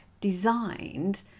designed